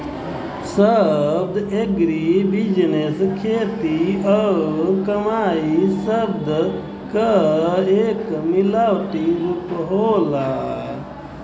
शब्द एग्रीबिजनेस खेती और कमाई शब्द क एक मिलावटी रूप होला